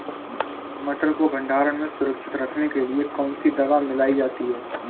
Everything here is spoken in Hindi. मटर को भंडारण में सुरक्षित रखने के लिए कौन सी दवा मिलाई जाती है?